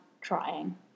trying